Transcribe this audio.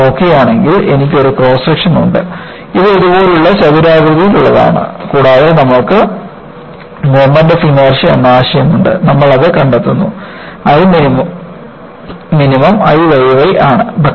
നമ്മൾ നോക്കുകയാണെങ്കിൽ എനിക്ക് ഒരു ക്രോസ് സെക്ഷൻ ഉണ്ട് ഇത് ഇതുപോലുള്ള ചതുരാകൃതിയിലുള്ളതാണ് കൂടാതെ നമ്മൾക്ക് മോമൻറ് ഓഫ് ഇനേർഷ്യ എന്ന ആശയം ഉണ്ട് നമ്മൾ അത് കണ്ടെത്തുന്നു I minimum I y y ആണ്